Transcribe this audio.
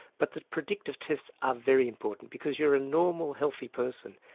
but the predictive tests are very important because you're a normal, healthy person,